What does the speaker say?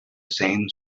same